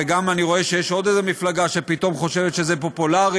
ואני רואה שיש עוד איזו מפלגה שפתאום חושבת שזה פופולרי